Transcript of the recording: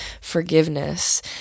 forgiveness